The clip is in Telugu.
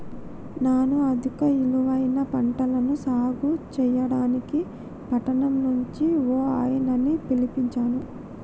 నాను అధిక ఇలువైన పంటలను సాగు సెయ్యడానికి పట్టణం నుంచి ఓ ఆయనని పిలిపించాను